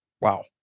Wow